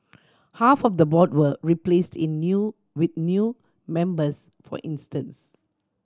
half of the board were replaced in new with new members for instance